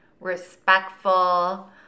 respectful